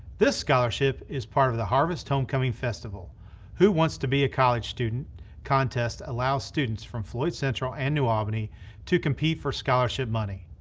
this scholarship is part of the harvest homecoming festival who wants to be a college student contest allows students from floyd central and new albany to compete for scholarship money.